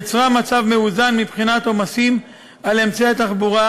יצרה מצב מאוזן מבחינת עומסים על אמצעי התחבורה